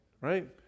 Right